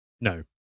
No